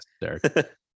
Derek